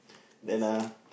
they same